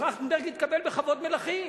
טרכטנברג התקבל בכבוד מלכים.